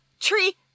tree